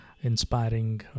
inspiring